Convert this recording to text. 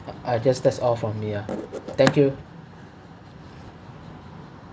I guess that's all from me ah thank you